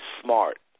smart